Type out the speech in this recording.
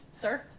Sir